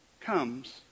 comes